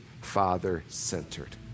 father-centered